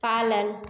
पालन